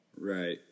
Right